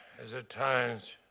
has at times